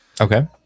okay